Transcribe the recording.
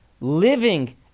living